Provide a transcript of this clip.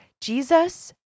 Jesus